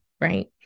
right